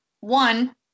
one